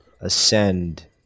ascend